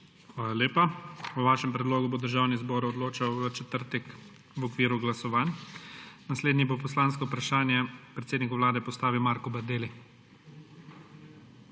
Hvala lepa. O vašem predlogu bo Državni zbor odločal v četrtek v okviru glasovanj. Naslednji bo poslansko vprašanje predsedniku vlade postavil Marko Bandelli.